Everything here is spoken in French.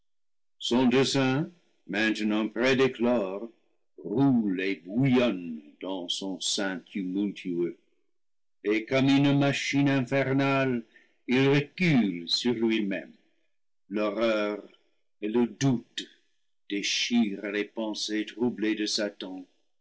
son dessein maintenant près d'éclore roule et bouillonne dans son sein tumultueux et comme une machine infernale il recule sur luimême l'horreur et le doute déchirent les pensées troublées de satan